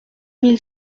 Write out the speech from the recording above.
mille